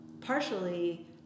partially